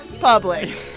public